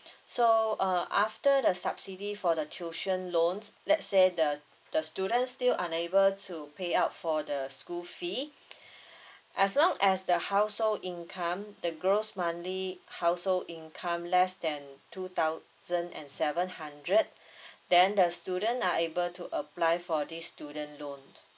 so uh after the subsidy for the tuition loan let's say the the student still unable to pay out for the school fee as long as the household income the gross monthly household income less than two thousand and seven hundred then the student are able to apply for this student loan